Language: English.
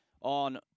on